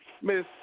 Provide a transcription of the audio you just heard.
Miss